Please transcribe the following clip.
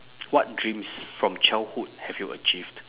what dreams from childhood have you achieved